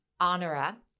Honora